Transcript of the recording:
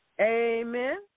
Amen